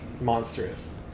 monstrous